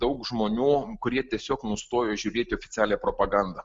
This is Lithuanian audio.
daug žmonių kurie tiesiog nustojo žiūrėti į oficialią propagandą